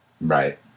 Right